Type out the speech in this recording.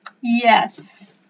Yes